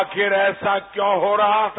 आखिर ऐसा क्यूं हो रहा था